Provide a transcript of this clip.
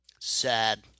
Sad